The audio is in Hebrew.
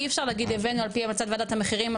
אי אפשר להגיד הבאנו על פי המלצת ועדת המחירים,